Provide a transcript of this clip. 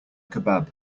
kebab